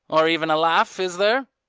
or even a laugh, is there?